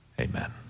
Amen